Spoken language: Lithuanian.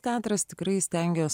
teatras tikrai stengiuosi